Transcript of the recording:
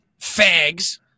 fags